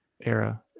era